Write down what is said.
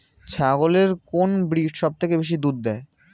ছাগলের কোন ব্রিড সবথেকে বেশি দুধ দেয়?